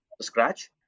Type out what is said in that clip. scratch